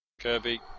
Kirby